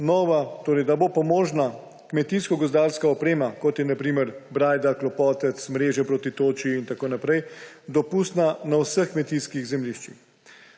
da bo pomožna kmetijsko-gozdarska oprema, kot so na primer brajda, klopotec, mreže proti toči in tako naprej, dopustna na vseh kmetijskih zemljiščih.